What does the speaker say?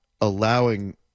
allowing